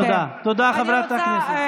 תודה, חברת הכנסת.